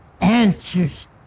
answers